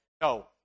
No